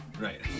Right